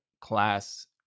class